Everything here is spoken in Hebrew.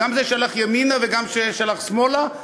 גם זה שהלך ימינה וגם זה שהלך שמאלה,